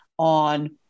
on